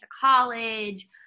college